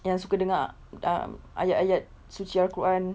yang suka dengar ah ayat-ayat suci al-quran